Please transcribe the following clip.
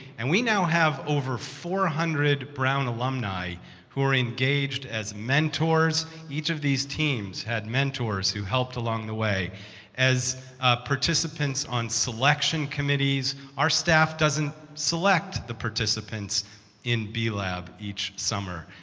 and we now have over four hundred brown alumni who are engaged as mentors each of these teams had mentors who helped along the way as participants on selection committees. our staff doesn't select the participants in b-lab each summer.